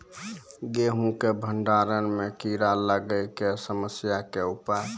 गेहूँ के भंडारण मे कीड़ा लागय के समस्या के उपाय?